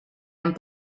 amb